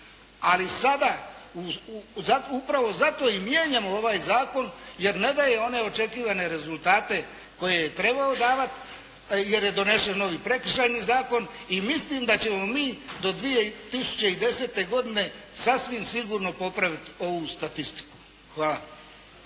ali sada upravo zato i mijenjamo ovaj zakon jer ne daje one očekivane rezultate koje je trebao davati jer je donesen novi Prekršajni zakon i mislim da ćemo mi do 2010. godine sasvim sigurno popraviti ovu statistiku. Hvala.